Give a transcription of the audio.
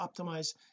optimize